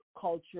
culture